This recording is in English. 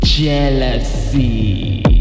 Jealousy